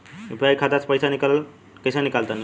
UPI खाता से पइसा कइसे निकली तनि बताई?